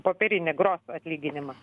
popierinį gros atlyginimą